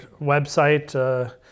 website